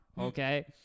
Okay